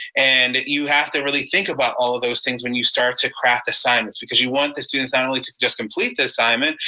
and you have to really think about all of those things when you start to craft assignments, because you want the students, not only to just complete the assignment,